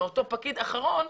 לאותו פקיד אחרון,